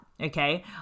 okay